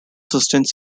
sustained